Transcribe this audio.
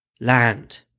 Land